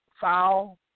foul